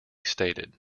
stated